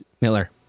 Miller